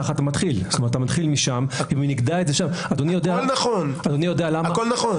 אם נקבע את זה שם- - הכול נכון.